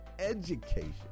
education